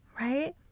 right